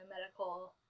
medical